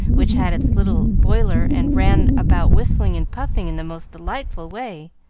which had its little boiler and ran about whistling and puffing in the most delightful way,